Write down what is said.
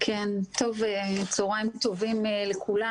צוהריים טובים לכולם.